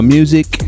Music